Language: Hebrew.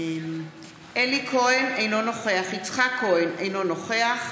אלי כהן, אינו נוכח יצחק כהן, אינו נוכח